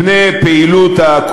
על קודשי האסלאם מפני פעילות הכופרים,